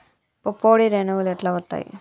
పుప్పొడి రేణువులు ఎట్లా వత్తయ్?